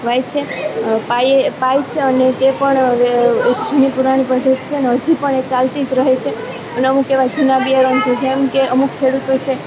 Y છે પાયે પાય છે અને તે પણ જૂની પુરાની પદ્ધતિ છે ને હજી પણ એ ચાલતી જ રહે છે અને અમુક એવા જૂના બિયારણ છે જેમકે અમુક ખેડૂતો છે